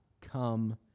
come